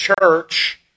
church